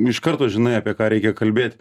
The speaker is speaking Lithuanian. iš karto žinai apie ką reikia kalbėt